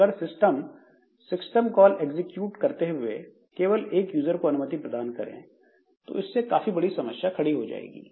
अगर system system call execute करते हुए केवल एक यूजर को अनुमति प्रदान करें तो इससे काफी बड़ी समस्या खड़ी हो जाएगी